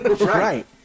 right